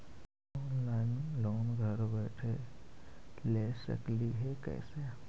Online loan घर बैठे ले सकली हे, कैसे?